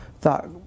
thought